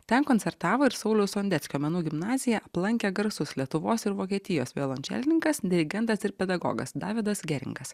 ten koncertavo ir sauliaus sondeckio menų gimnaziją aplankė garsus lietuvos ir vokietijos violončelininkas dirigentas ir pedagogas davidas geringas